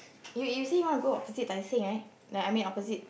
you you say you want to go opposite Tai-Seng right like I mean opposite